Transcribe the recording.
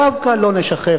דווקא לא נשחרר.